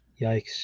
Yikes